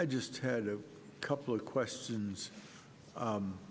i just had a couple of questions